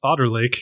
otterlake